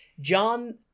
John